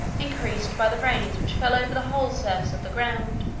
increased by the rains which fell over the whole surface of the ground,